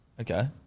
Okay